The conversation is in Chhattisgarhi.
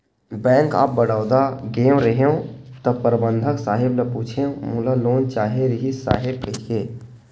बेंक ऑफ बड़ौदा गेंव रहेव त परबंधक साहेब ल पूछेंव मोला लोन चाहे रिहिस साहेब कहिके